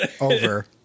Over